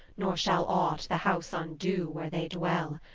nor shall aught the house undo where they dwell.